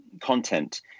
content